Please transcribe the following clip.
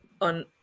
on